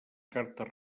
cartes